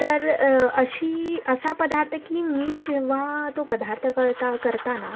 तर अशी असा पदार्थ की मी जेव्हा तो पदार्थ करता करताना